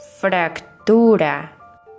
fractura